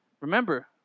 remember